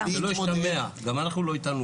צריך להתמודד גם עם הבעיה הזאת.